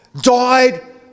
died